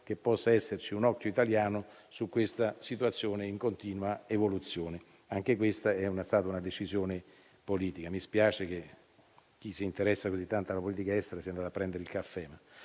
che possa esserci un occhio italiano su questa situazione in continua evoluzione. Anche questa è stata una decisione politica. Mi spiace che chi si interessa così tanto alla politica estera si sia andato a prendere il caffè.